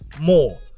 more